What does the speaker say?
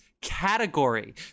category